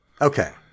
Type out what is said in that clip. Okay